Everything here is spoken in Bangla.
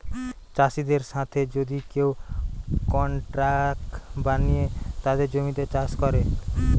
চাষিদের সাথে যদি কেউ কন্ট্রাক্ট বানিয়ে তাদের জমিতে চাষ করে